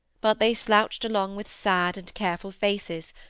but they slouched along with sad and careful faces,